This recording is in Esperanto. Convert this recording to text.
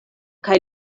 kaj